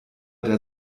der